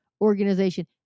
organization